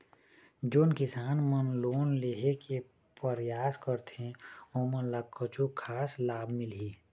जोन किसान मन लोन लेहे के परयास करथें ओमन ला कछु खास लाभ मिलही?